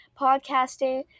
podcasting